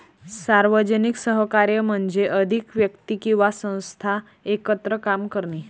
सार्वजनिक सहकार्य म्हणजे अधिक व्यक्ती किंवा संस्था एकत्र काम करणे